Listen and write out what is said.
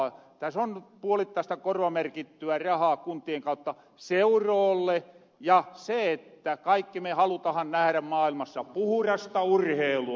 tässä on puolittaista korvamerkittyä rahaa kuntien kautta seuroolle ja kaikki me halutahan nähärä maailmassa puhurasta urheilua